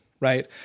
Right